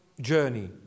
journey